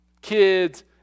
kids